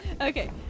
Okay